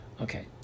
Okay